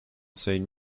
saint